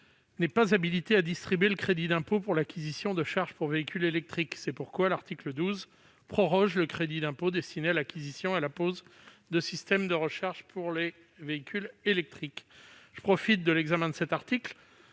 n'est pas habilitée à distribuer le crédit d'impôt pour l'acquisition de charges pour véhicules électriques. C'est pourquoi l'article 12 proroge le crédit d'impôt destiné à l'acquisition et à la pose de systèmes de recharge pour de tels véhicules. Madame la ministre, l'examen de cet article